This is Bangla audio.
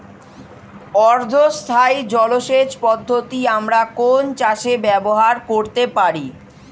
অর্ধ স্থায়ী জলসেচ পদ্ধতি আমরা কোন চাষে ব্যবহার করতে পারি?